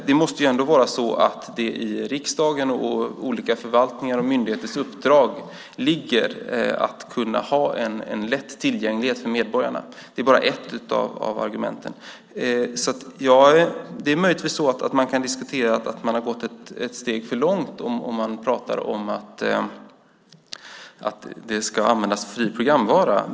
Det måste ändå vara så att det i riksdagens och i olika förvaltningars och myndigheters uppdrag ligger att ha en lätt tillgänglighet för medborgarna. Det är bara ett av argumenten. Möjligtvis kan man diskutera om man har gått ett steg för långt om man pratar om att det ska användas fri programvara.